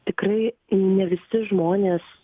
tikrai ne visi žmonės